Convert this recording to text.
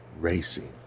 racing